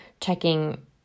checking